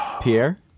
Pierre